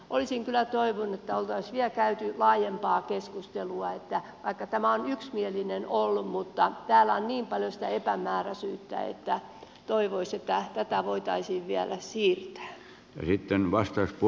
olisin kyllä toivonut että oltaisiin vielä käyty laajempaa keskustelua vaikka tämä on yksimielinen ollut mutta täällä on niin paljon sitä epämääräisyyttä että toivoisin että tätä voitaisiin vielä siirtää